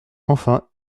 enfin